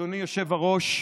אדוני היושב-ראש,